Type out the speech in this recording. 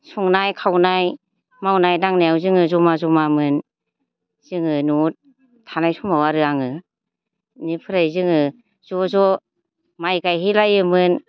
संनाय खावनाय मावनाय दांनायाव जोङो जमा जमामोन जोङो न'आव थानाय समाव आरो आङो इनिफ्राय जोङो ज' ज' माइ गायहैलायोमोन